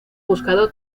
buscado